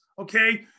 Okay